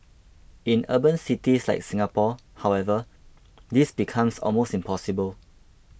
in urban cities like Singapore however this becomes almost impossible